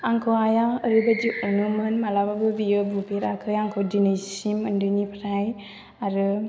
आंखौ आइया ओरैबायदि अनोमोन माब्लाबाबो बियो बुफेराखै आंखौ दिनैसिम उन्दैनिफ्राय आरो